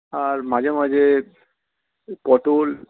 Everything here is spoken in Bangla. আর মাঝে মাঝে ঐ পটল